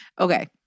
okay